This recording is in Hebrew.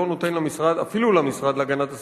שלא נותן למשרד, אפילו למשרד להגנת הסביבה,